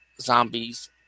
zombies